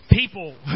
People